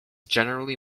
generally